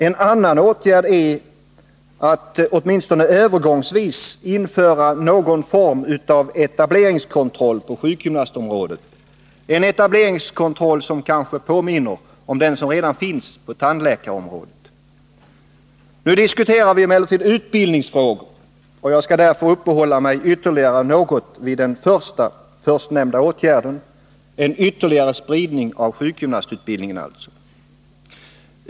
En annan åtgärd är att, åtminstone | övergångsvis, införa någon form av etableringskontroll på sjukgymnastområdet — kanske liknande den som redan finns på tandläkarområdet. Nu diskuterar vi emellertid utbildningsfrågor. Jag skall därför uppehålla mig något vid den förstnämnda åtgärden — en ytterligare spridning av sjukgymnastutbildningen.